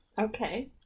okay